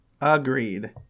Agreed